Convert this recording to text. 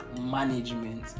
management